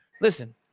listen